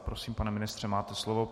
Prosím, pane ministře, máte slovo.